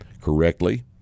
correctly